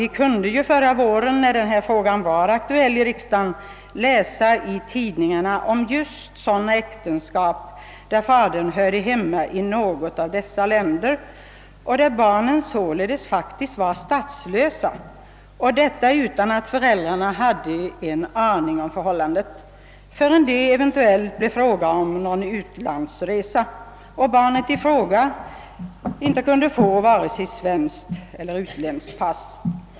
Vi kunde förra våren, när denna fråga var aktuell i riksdagen, läsa i tidningarna om just sådana äktenskap där fadern hörde hemma i något av dessa länder och barnen således faktiskt var statslösa — detta utan att föräldrarna hade en aning om förhållandet, förrän det eventuellt blev fråga om någon utlandsresa och barnet inte kunde få vare sig svenskt eller utländskt pass.